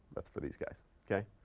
that's for these guys, okay?